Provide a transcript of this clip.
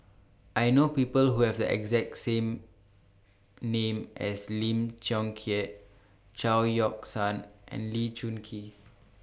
I know People Who Have The exact same name as Lim Chong Keat Chao Yoke San and Lee Choon Kee